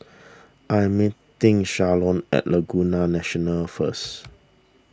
I am meeting Shalon at Laguna National first